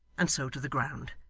and so to the ground.